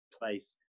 place